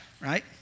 right